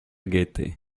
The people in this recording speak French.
gaieté